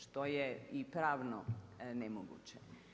Što je i pravno nemoguće.